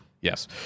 Yes